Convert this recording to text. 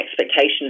expectations